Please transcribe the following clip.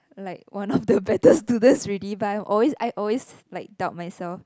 like was not the better student already but always I always doubt myself